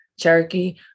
Cherokee